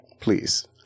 Please